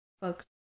folks